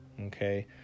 okay